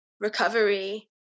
recovery